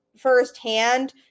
firsthand